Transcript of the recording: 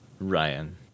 Ryan